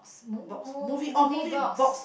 mo~ mo~ movie box